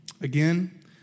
Again